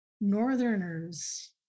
Northerners